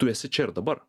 tu esi čia ir dabar